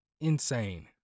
Insane